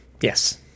Yes